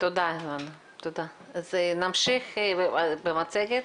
נמשיך במצגת.